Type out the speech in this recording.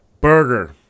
Burger